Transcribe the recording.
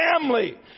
family